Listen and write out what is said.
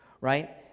right